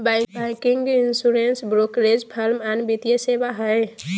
banking, insurance, brokerage firm अन्य वित्तीय सेवा हय